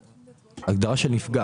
הגדרה של נפגע.